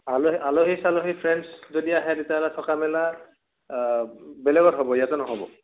আলহ আলহী চালহী ফ্ৰেণ্ডছ যদি আহে তেতিয়াহ'লে থকা মেলা বেলেগত হ'ব ইয়াতে নহ'ব